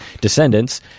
Descendants